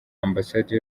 ambasade